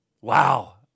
wow